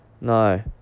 No